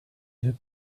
veux